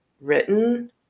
written